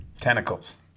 tentacles